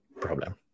problem